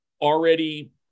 already